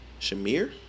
Shamir